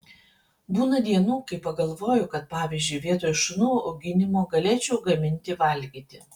būna dienų kai pagalvoju kad pavyzdžiui vietoj šunų auginimo galėčiau gaminti valgyti